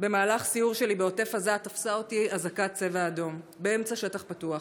במהלך סיור שלי בעוטף עזה תפסה אותי אזעקת צבע אדום באמצע שטח פתוח.